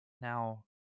now